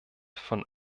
von